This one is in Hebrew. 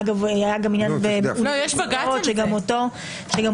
אגב, היה גם עניין --- שגם בו טיפלנו.